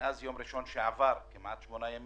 ומאז יום ראשון שעבר, כמעט שמונה ימים,